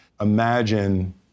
Imagine